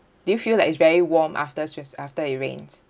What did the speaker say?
do you feel that it's very warm after just after it rains